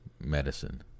medicine